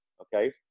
Okay